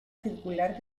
circular